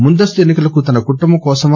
ముందస్తు ఎన్సి కలకు తన కుటుంబం కోసమా